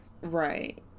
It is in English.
Right